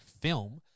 film